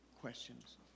questions